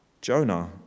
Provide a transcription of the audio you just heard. Jonah